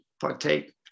partake